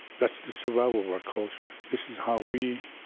that's the survival of our culture. this is how we